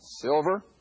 silver